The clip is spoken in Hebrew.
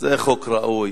זה חוק ראוי.